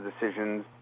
decisions